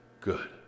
good